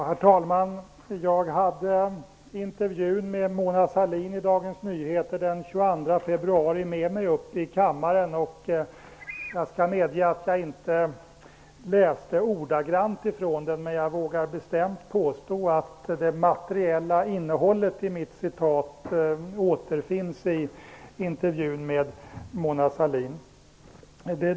Herr talman! Jag hade intervjun med Mona Sahlin i Dagens Nyheter den 22 februari med mig i kammaren. Jag skall medge att jag inte läste ordagrant ur den, men jag vågar bestämt påstå att det materiella innehållet i mitt referat återfinns i intervjun med Mona Sahlin.